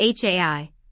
HAI